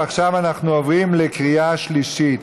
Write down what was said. ועכשיו אנחנו עוברים לקריאה שלישית.